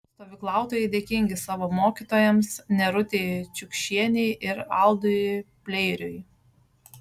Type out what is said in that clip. stovyklautojai dėkingi savo mokytojams nerutei čiukšienei ir aldui pleiriui